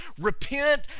repent